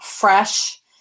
Fresh